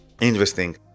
interesting